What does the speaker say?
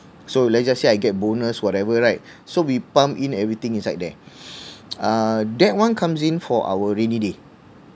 so let's just say I get bonus whatever right so we pump in everything inside there uh that one comes in for our rainy day